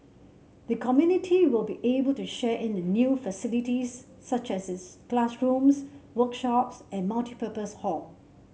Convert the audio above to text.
the community will be able to share in the new facilities such as its classrooms workshops and multipurpose hall